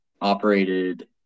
operated